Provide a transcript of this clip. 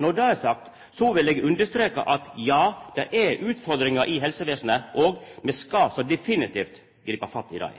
Når det er sagt, vil eg understreka at ja, det er utfordringar i helsevesenet, og me skal så definitivt gripa fatt i dei.